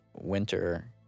winter